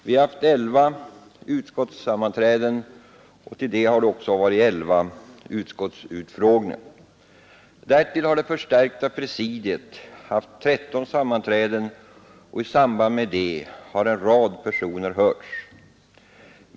Vi har haft 11 utskottssammanträden med 11 utskottsutfrågningar. Därtill har det förstärkta presidiet haft 13 sammanträden och i samband med dessa har en rad personer hörts.